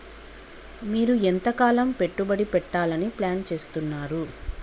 మీరు ఎంతకాలం పెట్టుబడి పెట్టాలని ప్లాన్ చేస్తున్నారు?